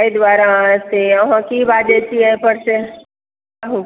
एहि दुआरे अहाँ से अहाँ की बाजै छियै अइ पर से कहु